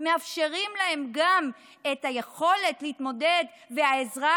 מאפשרים להם גם את היכולת להתמודד והעזרה